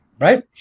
right